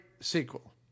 sequel